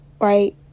right